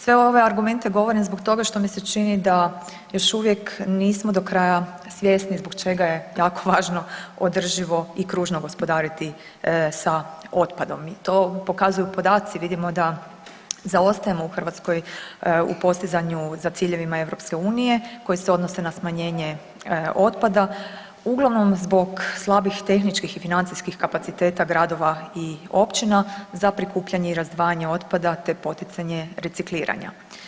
Sve ove argumente govorim zbog toga što mi se čini da još uvijek nismo do kraja svjesni zbog čega je tako važno održivo i kružno gospodariti sa otpadom i to pokazuju podaci, vidimo da zaostajemo u Hrvatskoj u postizanju za ciljevima EU koji se odnose na smanjenje otpada, uglavnom zbog slabih tehničkih i financijskih kapaciteta gradova i općina za prikupljanje i razdvajanje otpada te poticanje recikliranja.